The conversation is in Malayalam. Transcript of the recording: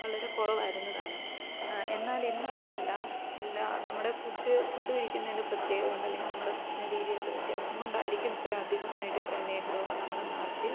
വളരെ കുറവായിരുന്നുതാനും എന്നാൽ ഇന്ന് അങ്ങനെയല്ല എല്ലാ നമ്മുടെ ഫുഡ് ഫുഡ് കഴിക്കുന്നതിൻ്റെ പ്രത്യേകതകൊണ്ട് അല്ലെങ്കിൽ നമ്മുടെ ഭക്ഷണ രീതിയിലുള്ള വ്യത്യാസം കൊണ്ടായിരിക്കും ഇത്ര അധികമായിട്ട് പ്രമേഹ രോഗം നമ്മുടെ നാട്ടിൽ